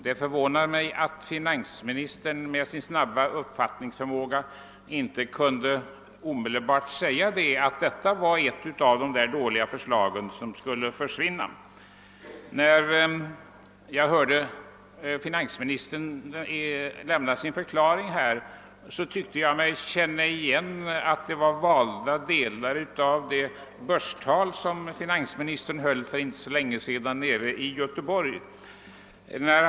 Det förvånar mig att finansministern med sin snabba uppfattningsförmåga inte omedelbart kom till det resultatet att detta var ett av de dåliga förslagen som inte kunde accepteras. När jag hörde finansministern lämna sin förklaring här, tyckte jag mig känna igen valda delar av det Börstal som finansministern för inte så länge sedan höll i Göteborg.